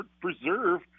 preserve